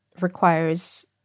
requires